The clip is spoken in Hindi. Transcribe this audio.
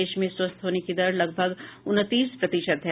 देश में स्वस्थ होने की दर लगभग उनतीस प्रतिशत है